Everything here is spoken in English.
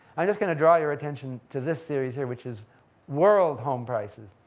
i'm just going to draw your attention to this series here which is world home prices.